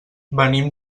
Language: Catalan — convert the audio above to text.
venim